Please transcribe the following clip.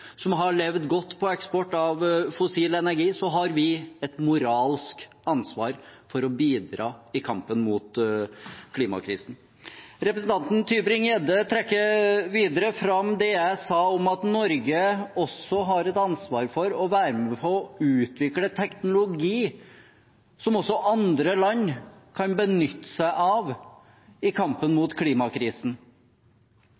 som har levd godt på eksport av fossil energi, har vi et moralsk ansvar for å bidra i kampen mot klimakrisen. Representanten Tybring-Gjedde trekker videre fram det jeg sa om at Norge også har et ansvar for å være med på å utvikle teknologi som også andre land kan benytte seg av i kampen